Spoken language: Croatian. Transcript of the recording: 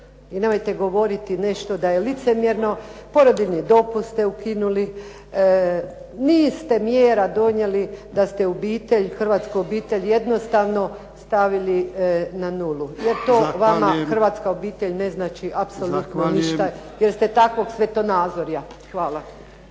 I nemojte govoriti da je nešto da je licemjerno. Porodiljini dopust ste ukinuli, niz ste mjera donijeli da ste hrvatsku obitelj jednostavno stavili na nuli, jer vama hrvatska obitelj ne znači apsolutno ništa, jer ste takvog svjetonazora. Hvala.